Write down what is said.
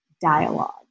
dialogue